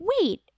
wait